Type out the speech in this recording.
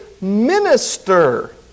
minister